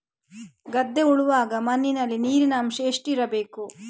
ಗದ್ದೆ ಉಳುವಾಗ ಮಣ್ಣಿನಲ್ಲಿ ನೀರಿನ ಅಂಶ ಎಷ್ಟು ಇರಬೇಕು?